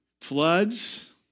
Floods